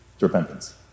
repentance